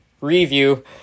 review